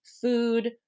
food